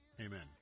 amen